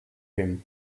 him